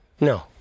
No